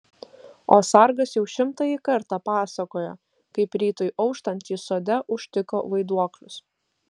o sargas jau šimtąjį kartą pasakojo kaip rytui auštant jis sode užtiko vaiduoklius